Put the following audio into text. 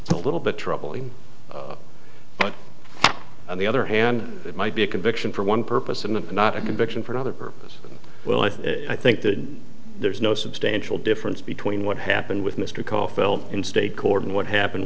is a little bit troubling but on the other hand it might be a conviction for one purpose and not a conviction for another purpose well i think i think that there's no substantial difference between what happened with mr call felt in state court and what happened